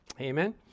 Amen